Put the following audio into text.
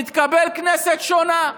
תתקבל כנסת שונה,